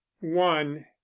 one